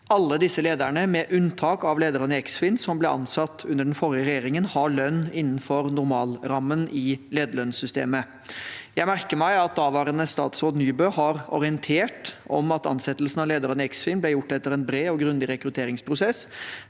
Alle disse lederne, med unntak av lederen i Eksfin, som ble ansatt under den forrige regjeringen, har lønn innenfor normalrammen i lederlønnssystemet. Jeg merker meg at daværende statsråd Nybø har orientert om at ansettelsen av lederen i Eksfin ble gjort etter en bred og grundig rekrutteringsprosess